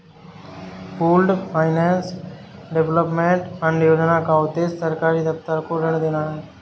pooled finance development fund योजना का उद्देश्य सरकारी दफ्तर को ऋण देना है